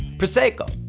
prosecco.